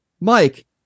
Mike